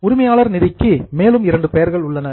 உரிமையாளர் நிதிக்கு மேலும் இரண்டு பெயர்கள் உள்ளன